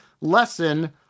lesson